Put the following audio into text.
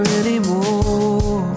anymore